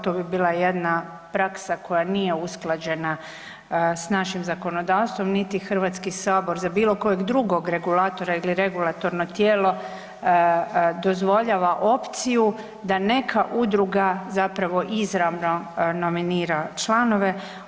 To bi bila jedna praksa koja nije usklađena sa našim zakonodavstvom, niti Hrvatski sabor za bilo kojeg drugog regulatora ili regulatorno tijelo dozvoljava opciju da neka udruga zapravo izravno nominira članove.